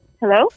Hello